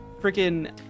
freaking